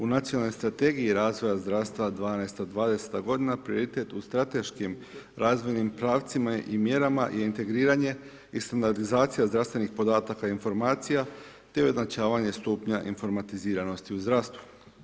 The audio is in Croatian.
U Nacionalnoj strategiji razvoja zdravstva 12 od 20. godina prioritet u strateškim razvojnim pravcima i mjerama je integriranje i standardizacija zdravstvenih podataka i informacija te ujednačavanje stupnja informatiziranosti u zdravstvu.